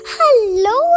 Hello